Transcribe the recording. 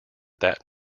that